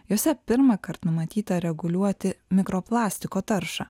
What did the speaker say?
juose pirmąkart numatyta reguliuoti mikroplastiko taršą